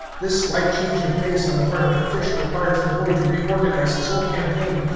this slight change of base on the part of the fish requires the boy to reorganize his whole campaign,